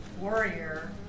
warrior